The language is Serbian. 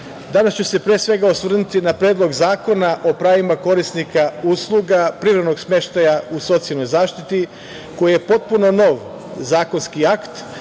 danas ću se pre svega osvrnuti na Predlog zakona o pravima korisnika usluga privremenog smeštaja u socijalnoj zaštiti koji je potpuno nov zakonski akt,